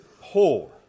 poor